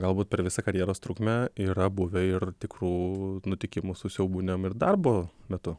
galbūt per visą karjeros trukmę yra buvę ir tikrų nutikimų su siaubūnėm ir darbo metu